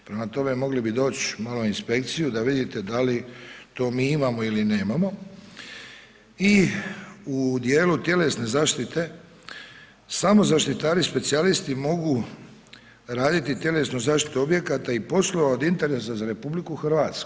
Prema tome, mogli bi doći malo inspekciju da vidite da li to mi imamo ili nemamo i u dijelu tjelesne zaštite, samo zaštitari-specijalisti mogu raditi tjelesnu zaštitu objekata i poslova od interesa za RH.